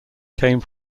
came